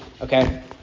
Okay